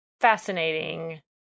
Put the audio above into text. fascinating